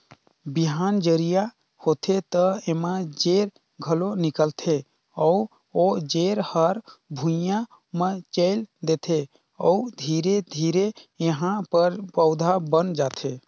बिहान जरिया होथे त एमा जेर घलो निकलथे अउ ओ जेर हर भुइंया म चयेल देथे अउ धीरे धीरे एहा प पउधा बन जाथे